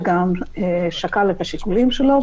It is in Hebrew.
שגם שקל את השיקולים שלו,